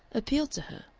appealed to her.